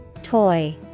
Toy